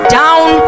down